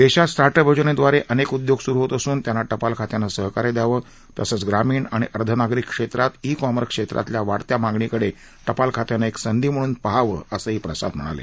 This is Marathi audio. देशात स्टार्टअप योजनेद्वारे अनेक उद्योग सुरू होत असून त्यांना टपाल खात्यानं सहकार्य द्यावं तसंच ग्रामीण आणि अर्धनागरी क्षेत्रात ई कॉमर्स क्षेत्रातल्या वाढत्या मागणीकडे टपाल खात्यानं एक संधी म्हणून पहावं असंही प्रसाद म्हणाले